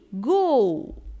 go